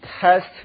Test